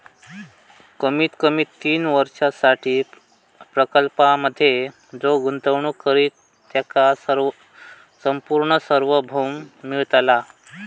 कमीत कमी तीन वर्षांसाठी प्रकल्पांमधे जो गुंतवणूक करित त्याका संपूर्ण सार्वभौम मिळतला